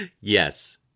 Yes